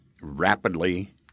rapidly